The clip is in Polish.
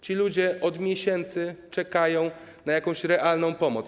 Ci ludzie od miesięcy czekają na jakąś realną pomoc.